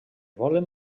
volen